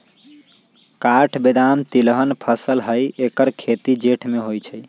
काठ बेदाम तिलहन फसल हई ऐकर खेती जेठ में होइ छइ